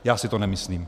Já si to nemyslím.